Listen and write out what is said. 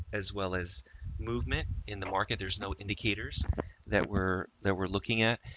as well as movement in the market. there's no indicators that we're, that we're looking at.